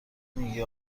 میگی